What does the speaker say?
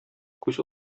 күз